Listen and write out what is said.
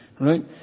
Right